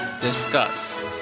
discuss